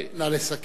נא לסכם.